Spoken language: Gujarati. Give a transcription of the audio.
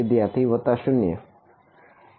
વિદ્યાર્થી વત્તા 0